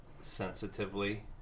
sensitively